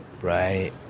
Right